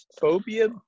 Phobia